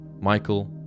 Michael